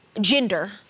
gender